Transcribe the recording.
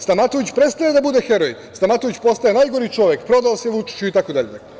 Stamatović prestaje da bude heroj, Stamatović postaje najgori čovek, prodao se Vučiću itd.